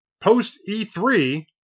post-E3